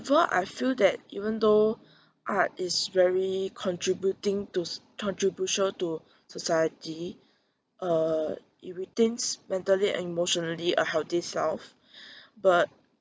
I feel that even though art is very contributing to contribution to society uh it retains mentally and emotionally a healthy self but